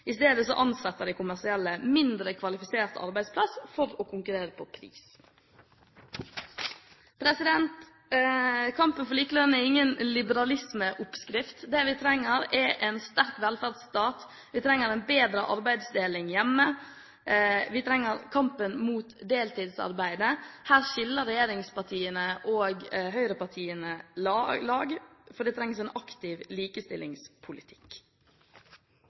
I stedet ansetter de kommersielle mindre kvalifisert arbeidskraft for å konkurrere på pris. Kampen for likelønn er ingen liberalismeoppskrift. Det vi trenger, er en sterk velferdsstat, vi trenger en bedre arbeidsdeling hjemme, og vi trenger kampen mot deltidsarbeidet. Her skiller regjeringspartiene og høyrepartiene lag, for det trengs en aktiv likestillingspolitikk.